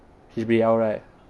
H_B_L right